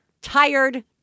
tired